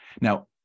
Now